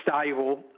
stable